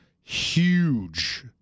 huge